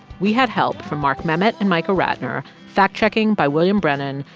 we had help from mark memmott and micah ratner, fact-checking by william brennan.